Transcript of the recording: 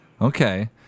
Okay